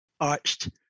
arched